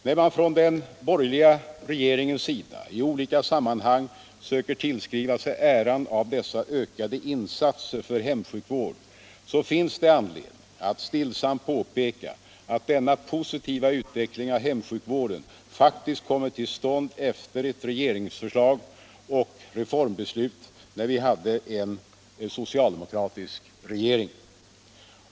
När man från den borgerliga regeringens sida i olika sammanhang söker tillskriva sig äran av dessa ökade insatser för hemsjukvård, så finns det anledning att stillsamt påpeka att denna positiva utveckling av hemsjukvården faktiskt kommit till stånd efter ett regeringsförslag och genom reformbeslut när vi hade en socialdemokratisk regering.